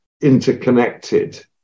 interconnected